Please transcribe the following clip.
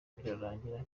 birangira